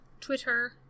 Twitter